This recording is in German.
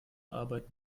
arbeit